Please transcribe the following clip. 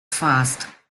fast